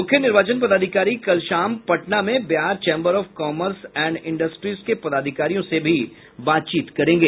मूख्य निर्वाचन पदाधिकारी कल शाम पटना में Bihar chamber of commerce and industries के पदाधिकारियों से भी बातचीत करेंगे